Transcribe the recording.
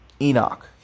Enoch